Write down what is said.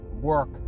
work